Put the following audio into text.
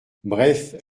bref